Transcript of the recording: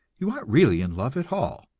you aren't really in love at all,